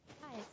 Hi